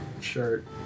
shirt